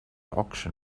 auction